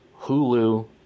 Hulu